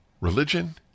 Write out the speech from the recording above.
Religion